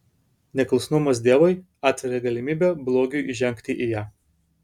neklusnumas dievui atvėrė galimybę blogiui įžengti į ją